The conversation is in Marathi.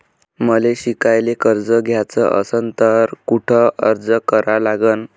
मले शिकायले कर्ज घ्याच असन तर कुठ अर्ज करा लागन?